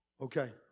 Okay